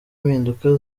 impinduka